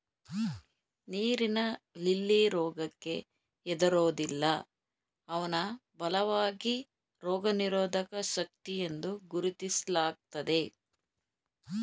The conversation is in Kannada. ನೀರಿನ ಲಿಲ್ಲಿ ರೋಗಕ್ಕೆ ಹೆದರೋದಿಲ್ಲ ಅವ್ನ ಬಲವಾದ ರೋಗನಿರೋಧಕ ಶಕ್ತಿಯೆಂದು ಗುರುತಿಸ್ಲಾಗ್ತದೆ